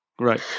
Right